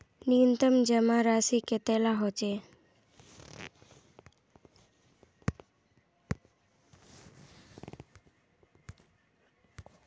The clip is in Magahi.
न्यूनतम जमा राशि कतेला होचे?